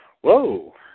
Whoa